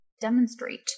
demonstrate